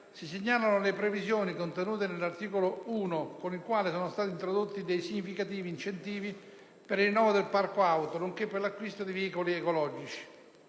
si segnalano le previsioni contenute nell'articolo 1, con il quale sono stati introdotti dei significativi incentivi per il rinnovo del parco auto, nonché per l'acquisto di veicoli ecologici.